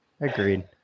Agreed